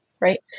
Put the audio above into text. right